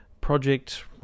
Project